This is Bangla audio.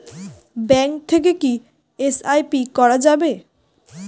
ব্যাঙ্ক থেকে কী এস.আই.পি করা যাবে?